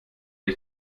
ich